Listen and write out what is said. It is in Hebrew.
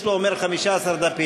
יש לו, הוא אומר, 15 דפים.